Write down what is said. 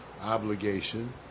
obligation